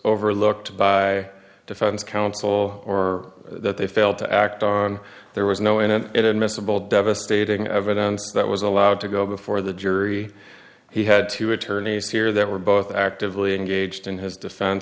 overlooked by defense counsel or that they failed to act on there was no in it it admissible devastating evidence that was allowed to go before the jury he had two attorneys here that were both actively engaged in his defense